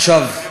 עכשיו,